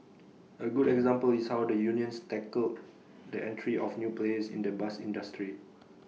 A good example is how the unions tackled the entry of new players in the bus industry